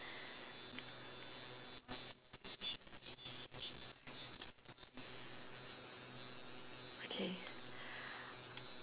okay